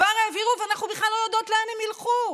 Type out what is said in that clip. כבר העבירו, ואנחנו בכלל לא יודעות לאן הם ילכו.